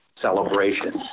celebration